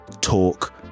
Talk